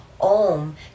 OM